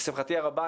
לשמחתי הרבה,